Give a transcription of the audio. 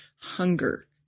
hunger